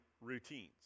routines